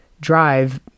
drive